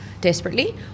desperately